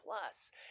plus